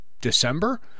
December